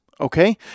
okay